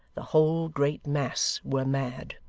the whole great mass were mad.